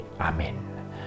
Amen